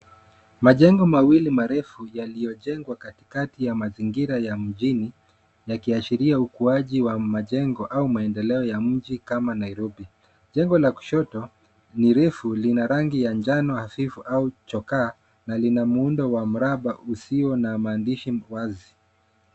Majengo mawili marefu yaliyojengwa katikati ya mazingira ya mjini yakiashiria ukuaji wa majengo au maendeleo ya mji kama Nairobi. Jengo la kushoto ni refu, lina rangi ya njano hafifu au chokaa na lina muundo wa mraba usio na maandishi wazi.